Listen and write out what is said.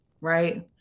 right